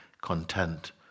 content